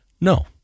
no